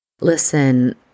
listen